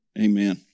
amen